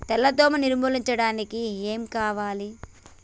తెల్ల దోమ నిర్ములించడానికి ఏం వాడాలి?